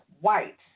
white